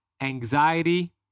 anxiety